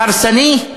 ההרסני,